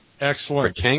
Excellent